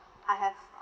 I have